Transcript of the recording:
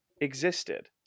existed